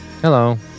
Hello